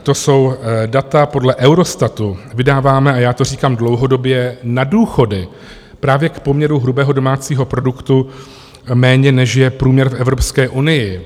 To jsou data podle Eurostatu, vydáváme, a já to říkám dlouhodobě, na důchody právě k poměru hrubého domácího produktu méně, než je průměr v Evropské unii.